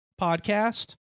podcast